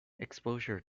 exposure